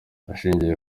ashingiye